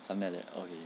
something like that okay